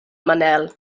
manel